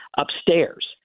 Upstairs